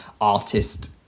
artist